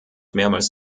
mehrmals